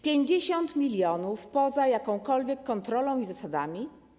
50 mln poza jakąkolwiek kontrolą i zasadami?